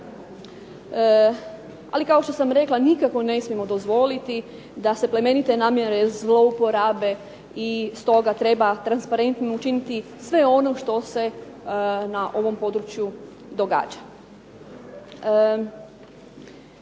Ali kao što rekla, nikako ne smijemo dozvoliti da se plemenite namjere zlouporabe i stoga treba transparentno učiniti sve ono što se na ovom području događa.